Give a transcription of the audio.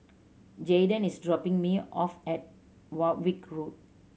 Jayden is dropping me off at Warwick Road